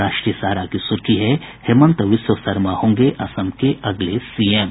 राष्ट्रीय सहारा की सुर्खी है हिमंत बिस्व सरमा होंगे असम के अगले सीएम